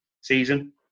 season